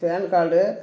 pan card